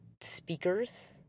speakers